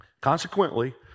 consequently